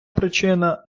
причина